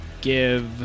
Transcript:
give